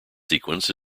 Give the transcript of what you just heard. sequence